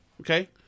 okay